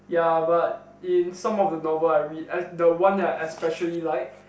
ya but in some of the novel I read uh the one that I especially like